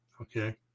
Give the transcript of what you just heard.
Okay